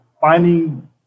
finding